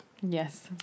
Yes